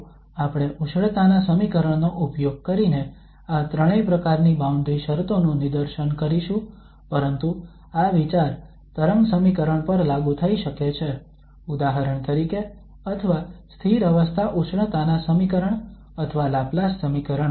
તો આપણે ઉષ્ણતાના સમીકરણ નો ઉપયોગ કરીને આ ત્રણેય પ્રકારની બાઉન્ડ્રી શરતો નું નિદર્શન કરીશું પરંતુ આ વિચાર તરંગ સમીકરણ પર લાગુ થઈ શકે છે ઉદાહરણ તરીકે અથવા સ્થિર અવસ્થા ઉષ્ણતાના સમીકરણ અથવા લાપ્લાસ સમીકરણ